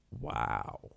Wow